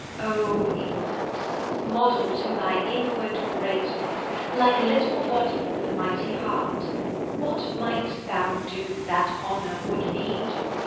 o england modell to thy inward greatnesse, like little body with a mightie heart what mightst thou do, that honour would thee do,